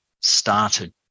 started